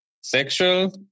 sexual